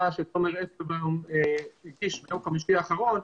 שתומר אפלבאום הגיש ביום חמישי האחרון,